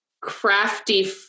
crafty